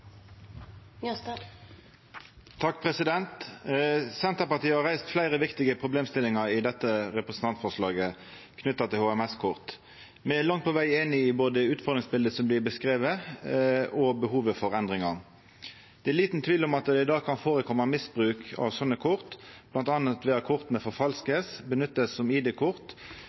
langt på veg einig i både utfordringsbiletet som blir beskrive, og behovet for endringar. Det er liten tvil om at det i dag kan førekoma misbruk av slike kort, bl.a. ved at kortet blir forfalska eller brukt som